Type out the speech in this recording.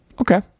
okay